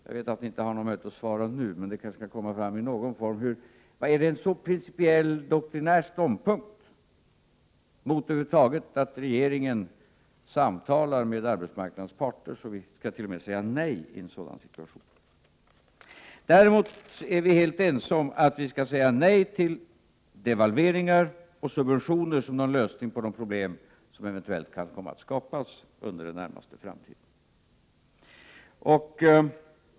Jag vet att ni inte har möjlighet att svara nu, men svaret kanske vi kan få i någon form. Intar ni en så principiell, doktrinär ståndpunkt mot att regeringen över huvud taget samtalar med arbetsmarknadens parter, att vi t.o.m. skall säga nej i en sådan situation? Däremot är vi helt ense om att vi skall säga nej till devalveringar och subventioner som en lösning på de problem som eventuellt kan komma att skapas under den närmaste framtiden.